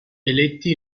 eletti